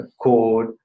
code